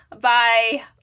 bye